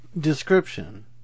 Description